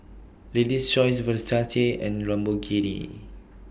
Lady's Choice Versace and Lamborghini